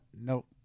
nope